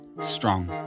strong